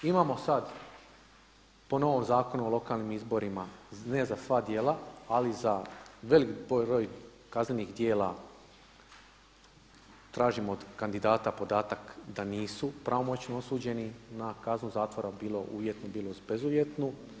Imamo sada po novom Zakonu o lokalnim izborima ne za sva djela, ali za velik broj kaznenih djela tražimo od kandidata podatak da nisu pravomoćno osuđeni na kaznu zatvora bilo uvjetno, bilo bezuvjetnu.